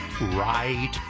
right